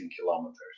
kilometers